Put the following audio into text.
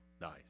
Nice